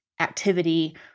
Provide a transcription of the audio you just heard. activity